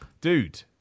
Dude